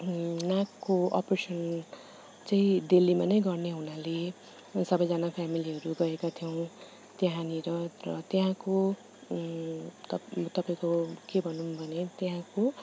नाकको अपरेसन चाहिँ दिल्लीमा नै गर्ने हुनाले सबैजना फेमिलीहरू गएका थियौँ त्यहाँनिर र त्यहाँको तपाईँको के भनौँ भने त्यहाँको